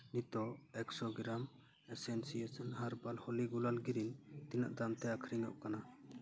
ᱱᱤᱛᱚᱜ ᱮᱠᱥᱚ ᱜᱨᱟᱢ ᱮᱥᱮᱱᱥᱤᱭᱮᱥᱚᱱ ᱦᱟᱨᱵᱟᱞ ᱦᱚᱞᱤ ᱜᱩᱞᱟᱞ ᱜᱤᱨᱤ ᱛᱤᱱᱟᱹᱜ ᱫᱟᱢᱛᱮ ᱟᱹᱠᱷᱨᱤᱧᱚᱜ ᱠᱟᱱᱟ